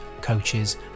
coaches